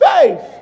faith